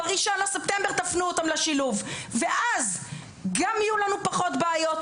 ב-1 בספטמבר תפנו אותם לשילוב ואז גם יהיו לנו פחות בעיות,